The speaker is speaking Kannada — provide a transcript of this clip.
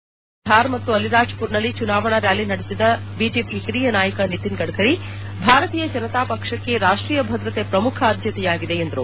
ಮಧ್ಯಪ್ರದೇಶದ ಧಾರ್ ಮತ್ತು ಅಲಿರಾಜ್ಪುರ್ನಲ್ಲಿ ಚುನಾವಣಾ ರ್ಯಾಲಿ ನಡೆಸಿದ ಬಿಜೆಪಿ ಹಿರಿಯ ನಾಯಕ ನಿತಿನ್ ಗಡ್ಕರಿ ಭಾರತೀಯ ಜನತಾ ಪಕ್ಷಕ್ಕೆ ರಾಷ್ವೀಯ ಭದ್ರತೆ ಪ್ರಮುಖ ಆದ್ಯತೆಯಾಗಿದೆ ಎಂದರು